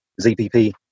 ZPP